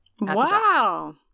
Wow